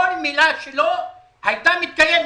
כל מילה שלו הייתה מתקיימת.